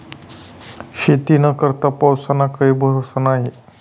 शेतीना करता पाऊसना काई भरोसा न्हई